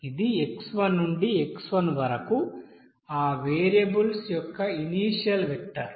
ఇది x1 నుండి xn వరకు ఆ వేరియబుల్స్ యొక్క ఇనీషియల్ వెక్టర్